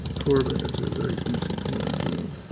corbyn is a very decent human being.